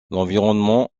l’environnement